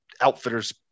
outfitter's